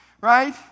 right